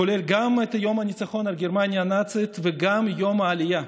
כולל גם יום הניצחון על גרמניה הנאצית וגם יום העלייה.